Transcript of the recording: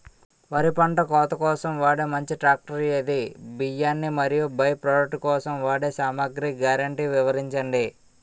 వరి పంట కోత కోసం వాడే మంచి ట్రాక్టర్ ఏది? బియ్యాన్ని మరియు బై ప్రొడక్ట్ కోసం వాడే సామాగ్రి గ్యారంటీ వివరించండి?